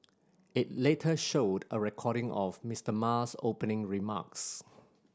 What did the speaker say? it later showed a recording of Mister Ma's opening remarks